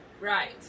Right